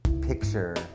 picture